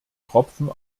tropfen